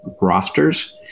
rosters